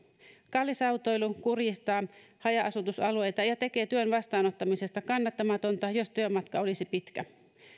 kallis autoilu kurjistaa haja asutusalueita ja tekee työn vastaanottamisesta kannattamatonta jos työmatka olisi pitkä